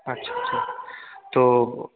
আচ্ছা আচ্ছা তো